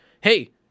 Hey